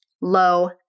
low